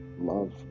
Love